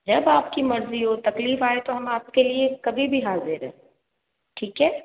जब आपकी मर्जी हो तकलीफ आए तो हम आपके लिए कभी भी हाजिर हैं ठीक है